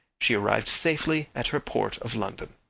she arrived safely at her port of london.